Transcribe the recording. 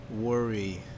worry